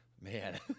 Man